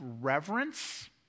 reverence